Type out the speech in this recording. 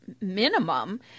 minimum